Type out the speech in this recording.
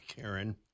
Karen